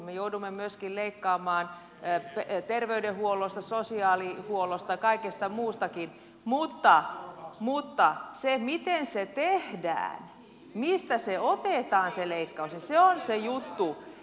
me joudumme myöskin leikkaamaan terveydenhuollosta sosiaalihuollosta kaikesta muustakin mutta se miten se tehdään mistä se otetaan se leikkaus se on se juttu